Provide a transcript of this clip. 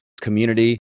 community